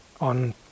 on